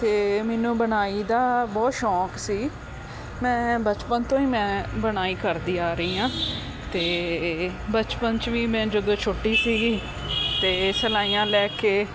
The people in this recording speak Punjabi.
ਅਤੇ ਮੈਨੂੰ ਬੁਣਾਈ ਦਾ ਬਹੁਤ ਸ਼ੌਂਕ ਸੀ ਮੈਂ ਬਚਪਨ ਤੋਂ ਹੀ ਮੈਂ ਬੁਣਾਈ ਕਰਦੀ ਆ ਰਹੀ ਹਾਂ ਅਤੇ ਬਚਪਨ 'ਚ ਵੀ ਮੈਂ ਜਦੋਂ ਛੋਟੀ ਸੀਗੀ ਅਤੇ ਸਿਲਾਈਆਂ ਲੈ ਕੇ